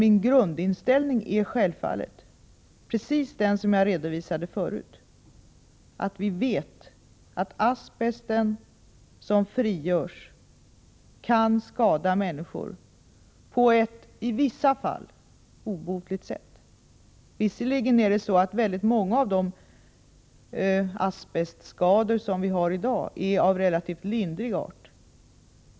Min grundinställning är självfallet, precis som jag redovisade förut, att asbest som frigörs kan skada människor på ett i vissa fall obotligt sätt. Visserligen är väldigt många av de asbestskador som vi har i dag av relativt lindrig art.